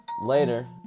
later